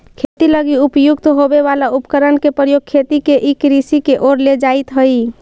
खेती लगी उपयुक्त होवे वाला उपकरण के प्रयोग खेती के ई कृषि के ओर ले जाइत हइ